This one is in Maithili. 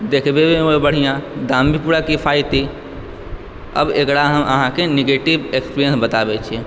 देखैमे भी बढ़िया दाम भी पूरा किफायती आब एकरा हम अहाँके निगेटिव एक्सपीरियन्स बताबै छी